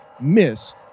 miss